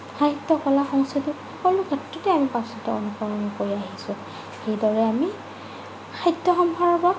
সাহিত্য কলা সংস্কৃতিক সকলো ক্ষেত্ৰতে আমি পাশ্চাত্যক অনুসৰণ কৰি আহিছোঁ সেইদৰে আমি খাদ্যসম্ভাৰৰ পৰা